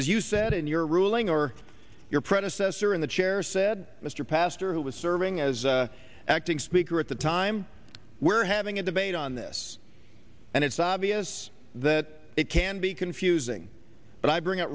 as you said in your ruling or your predecessor in the chair said mr pastor who was serving as acting speaker at the time we're having a debate on this and it's obvious that it can be confusing but i bring it